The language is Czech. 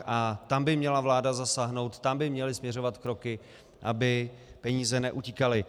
A tam by měla vláda zasáhnout, tam by měly směřovat kroky, aby peníze neutíkaly.